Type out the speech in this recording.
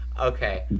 Okay